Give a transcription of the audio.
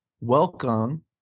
welcome